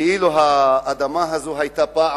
כאילו האדמה הזאת היתה פעם,